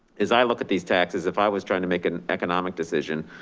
as i look at these taxes, if i was trying to make an economic decision.